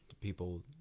People